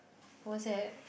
was at